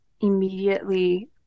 immediately